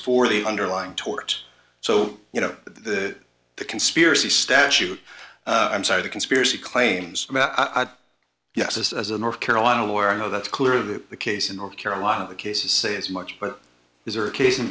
for the underlying tort so you know that the conspiracy statute i'm sorry the conspiracy claims about yes as a north carolina where i know that's clearly the case in north carolina cases say as much but there's a case in